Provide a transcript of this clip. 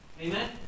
Amen